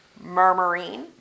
murmuring